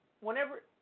whenever